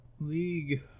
League